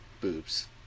boobs